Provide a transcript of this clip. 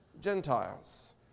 Gentiles